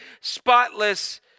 spotless